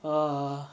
uh